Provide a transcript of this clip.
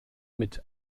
mit